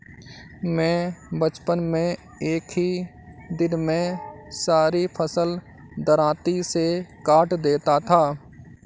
मैं बचपन में एक ही दिन में सारी फसल दरांती से काट देता था